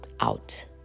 Out